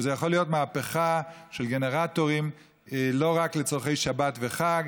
וזו יכולה להיות מהפכה של גנרטורים לא רק לצורכי שבת וחג,